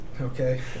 okay